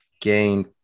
gain